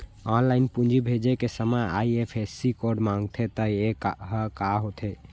Online पूंजी भेजे के समय आई.एफ.एस.सी कोड माँगथे त ये ह का होथे?